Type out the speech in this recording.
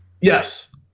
Yes